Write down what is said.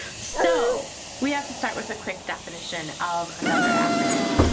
so we have to start with a quick definition of another acronym.